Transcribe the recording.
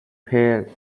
played